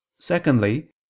secondly